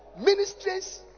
ministries